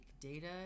data